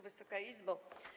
Wysoka Izbo!